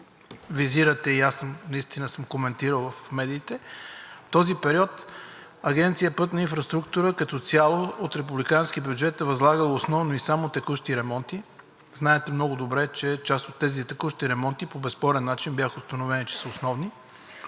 визирате и аз наистина съм коментирал в медиите, в този период Агенция „Пътна инфраструктура“ като цяло от републиканския бюджет е възлагано основно и само текущи ремонти. Знаете много добре, че за част от текущите ремонти по безспорен начин беше установено, че са основни.